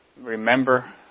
remember